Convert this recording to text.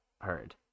heard